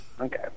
Okay